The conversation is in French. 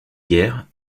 guerre